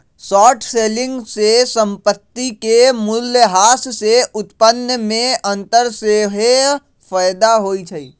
short selling में संपत्ति के मूल्यह्रास से उत्पन्न में अंतर सेहेय फयदा होइ छइ